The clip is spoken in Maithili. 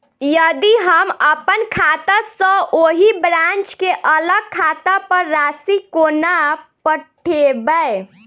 यदि हम अप्पन खाता सँ ओही ब्रांच केँ अलग खाता पर राशि कोना पठेबै?